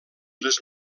les